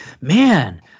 Man